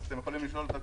אז אתם יכולים לשאול אותו,